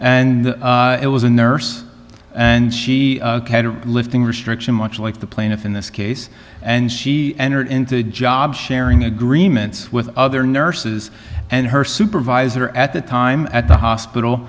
and it was a nurse and she had a lifting restriction much like the plaintiff in this case and she entered into a job sharing agreements with other nurses and her supervisor at the time at the hospital